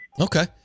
Okay